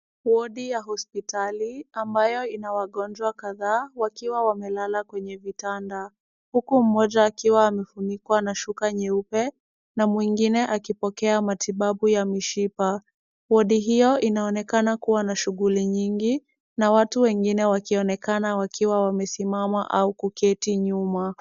Wodi ya hospitali ambayo ina wagonjwa kadhaa wakiwa wamelala kwenye vitanda, huku mmoja akiwa amefunikwa na shuka nyeupe na mwingine akipokea matibabu ya mishipa. Wodi hiyo inaonekana kuwa na shughuli nyingi na watu wengine wakionekana wakiwa wamesimama au kuketi nyuma.